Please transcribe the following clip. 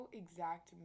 exact